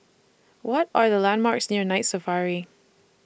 What Are The landmarks near Night Safari